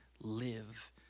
live